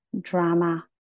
drama